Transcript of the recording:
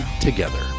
together